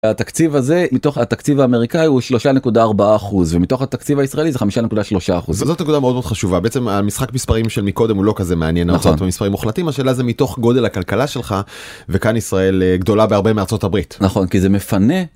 התקציב הזה, מתוך התקציב האמריקאי הוא 3.4%, ומתוך התקציב הישראלי זה חמישה נקודה שלושה אחוז. וזאת נקודה מאוד מאוד חשובה. בעצם המשחק מספרים של מקודם הוא לא כזה מעניין, מספרים מוחלטים, השאלה זה מתוך גודל הכלכלה שלך, וכאן ישראל גדולה בהרבה מארצות הברית. נכון, כי זה מפנה